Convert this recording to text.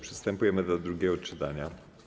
Przystępujemy do drugiego czytania.